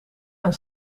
aan